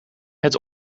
het